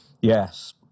Yes